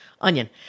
onion